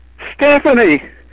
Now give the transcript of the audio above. Stephanie